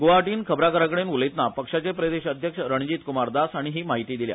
ग्वाहाटीन खबराकाराकडेन उलयतना पक्षाचे प्रदेश अध्यक्ष रणजित कुमार दास हाणी ही म्हायती दिल्या